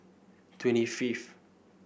twenty fifth